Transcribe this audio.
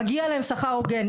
מגיע להם שכר הוגן,